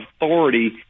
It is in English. authority